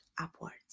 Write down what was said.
upwards